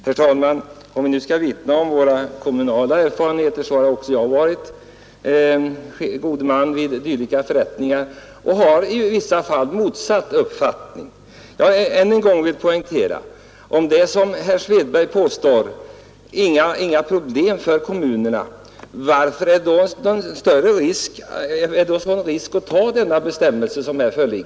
Herr talman! Om vi nu skall vittna om våra kommunala erfarenheter, så har också jag varit god man vid dylika förrättningar, och jag har i vissa fall motsatt uppfattning som herr Svedberg. Jag vill än en gång fråga: Om det är som herr Svedberg påstår att det inte är några problem för kommunerna, varför är det då en risk förenad med att anta den bestämmelse som här föreslås?